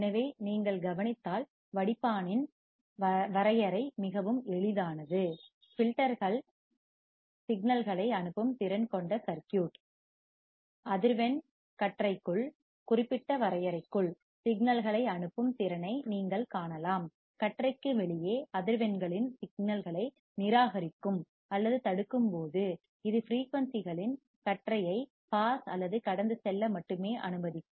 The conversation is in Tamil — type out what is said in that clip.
எனவே நீங்கள் கவனித்தால் வடிப்பானின் ஃபில்டர் இன் வரையறை மிகவும் எளிதானது வடிப்பான்கள் ஃபில்டர்கள் சிக்னல்களை அனுப்பும் திறன் கொண்ட சர்க்யூட் அதிர்வெண் ஃபிரீயூன்சி கற்றை ஐ ற்குள் குறிப்பிட்ட வரையறைக்குள் சிக்னல்களை அனுப்பும் திறனை நீங்கள் காணலாம் கற்றைக்கு வெளியே அதிர்வெண்களின் ஃபிரீயூன்சி ன் சிக்னல்களை நிராகரிக்கும் அல்லது தடுக்கும் போது இது ஃபிரீயூன்சிகளின் கற்றை ஐ பாஸ் அல்லது கடந்து செல்ல மட்டுமே அனுமதிக்கும்